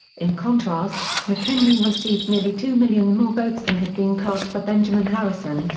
in contrast, mckinley received nearly two million more votes than had been cast for benjamin harrison,